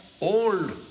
old